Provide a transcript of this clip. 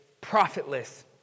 profitless